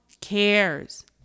cares